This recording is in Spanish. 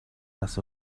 las